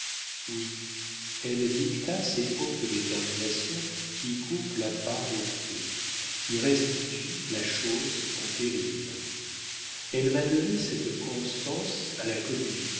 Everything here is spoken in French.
oui elle dicta ces hautes déterminations qui coupent la part au feu qui restituent la chose en péril elle m'a donné cette constance à la coligny